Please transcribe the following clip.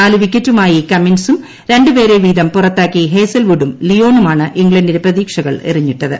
നാല് വിക്കറ്റുമായി കമ്മിൻസും രണ്ട് പേരെ വീതം പുറത്താക്കി ഹേസൽവുഡും ലിയോണുമാണ് ഇംഗ്ലണ്ടിന്റെ പ്രതീക്ഷകൾ എറിഞ്ഞിട്ടത്